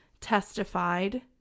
testified